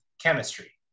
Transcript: chemistry